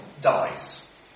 dies